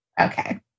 Okay